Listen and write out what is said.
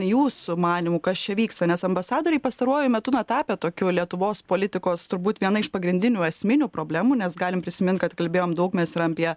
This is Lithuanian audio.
jūsų manymu kas čia vyksta nes ambasadoriai pastaruoju metu na tapę tokiu lietuvos politikos turbūt viena iš pagrindinių esminių problemų nes galim prisimint kad kalbėjom daug mes ir apie